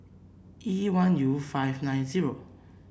E one U five nine zero